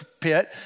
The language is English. pit